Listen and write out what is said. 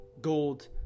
gold